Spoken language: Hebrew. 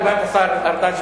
בפרט השר ארדן,